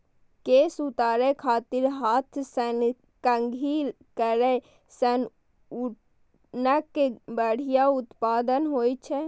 केश उतारै खातिर हाथ सं कंघी करै सं ऊनक बढ़िया उत्पादन होइ छै